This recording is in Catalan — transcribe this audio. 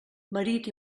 marit